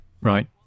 Right